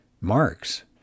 Marx